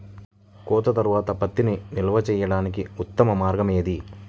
కోత తర్వాత పత్తిని నిల్వ చేయడానికి ఉత్తమ మార్గం ఏది?